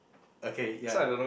okay ya